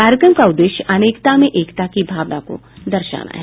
कार्यक्रम का उद्देश्य अनेकता में एकता की भावना को दर्शाना है